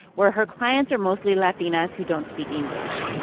where her clients are mostly latinas who don't speak english.